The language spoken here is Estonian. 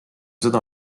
seda